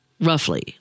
roughly